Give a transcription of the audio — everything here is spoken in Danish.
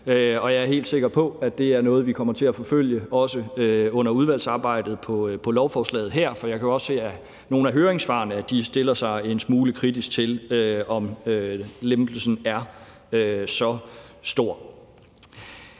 Og jeg er helt sikker på, at det er noget, vi kommer til at forfølge, også under udvalgsarbejdet på lovforslaget her, for jeg kan også se, at nogle af høringssvarene stiller sig en smule kritisk til, om lempelsen er så stor.